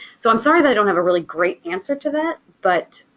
so i'm sorry that i don't have a really great answer to that but